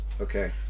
okay